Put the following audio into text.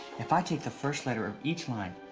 if i take the first letter of each line,